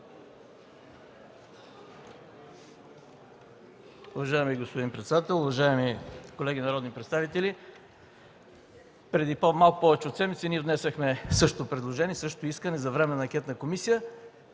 Уважаеми господин председател, уважаеми колеги народни представители! Преди малко повече от седмица ние внесохме същото предложение с искане за Временна анкетна комисия.